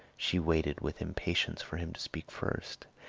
she waited with impatience for him to speak first,